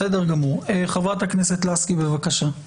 חברת הכנסת לסקי, בבקשה.